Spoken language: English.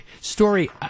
Story